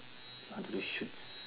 I want to do shoots